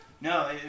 No